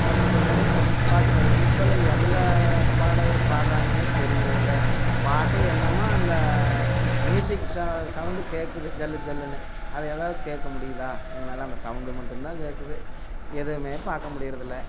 அப்படின் மாதிரி பாட்டுப் பாடுங்க இப்போல்லாம் எந்த பாடகர் பாடுறாங்கனே தெரிகிறது இல்லை பாட்டே என்னம்மோ அந்த மியூசிக் ச சவுண்டு கேட்குது ஜல்லு ஜல்லுன்னு அது எதாவுது கேட்க முடியுதா எங்களால அந்த சவுண்டு மட்டுந்தான் கேட்குது எதுவுமே பார்க்க முடிகிறது இல்லை